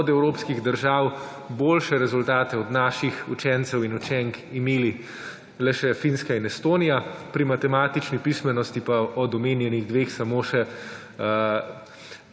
od evropskih držav boljše rezultate od naših učencev in učenk imeli le še Finska in Estonija, pri matematični pismenosti pa od omenjenih dveh samo še